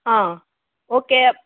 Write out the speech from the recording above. okay